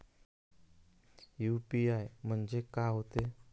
UPI म्हणजे का होते?